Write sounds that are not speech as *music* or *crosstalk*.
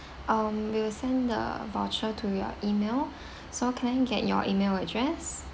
um we'll send the voucher to your E-mail *breath* so can I get your E-mail address